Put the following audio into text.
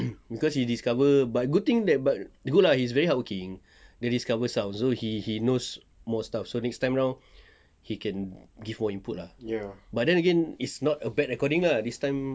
cause he discover but good thing that but good ah he's very hardworking dia discover sounds so he he knows more stuff so next time round he can give more input lah but then again it's not a bad recording ah this time